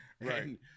Right